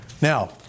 Now